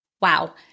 Wow